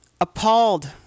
appalled